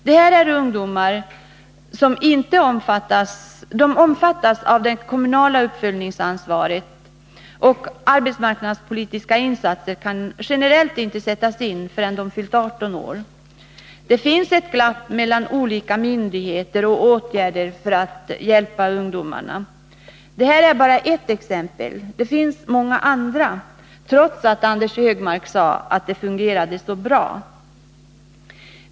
De här ungdomarna omfattas av det kommunala uppföljningsansvaret, och arbetsmarknadspolitiska insatser kan generellt inte sättas in förrän de har fyllt 18 år. Det finns ett glapp mellan olika myndigheter och åtgärder för att hjälpa ungdomarna. Det här är bara ett exempel, det finns många andra, trots att Anders Högmark sade att det fungerar så bra.